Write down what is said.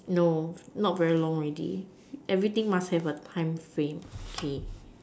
no not very long already everything must have time frame okay